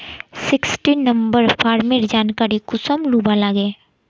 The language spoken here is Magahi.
सिक्सटीन नंबर फार्मेर जानकारी कुंसम लुबा लागे?